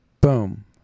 Boom